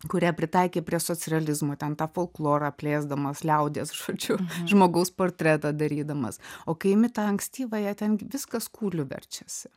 kurią pritaikė prie socrealizmo ten tą folklorą plėsdamas liaudies žodžiu žmogaus portretą darydamas o kai imi tą ankstyvąją ten viskas kūliu verčiasi